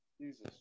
Jesus